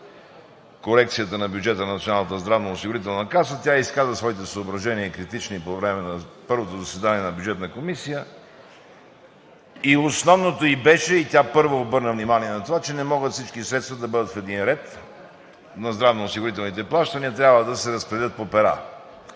корекцията на бюджета на Националната здравноосигурителна каса. Тя изказа своите критични съображения по време на първото заседание на Бюджетната комисия. Основното ѝ беше – и тя първа обърна внимание на това, че не могат всички средства да бъдат в един ред на здравноосигурителните плащания, трябва да се разпределят по пера.